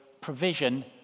provision